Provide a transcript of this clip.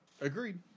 Agreed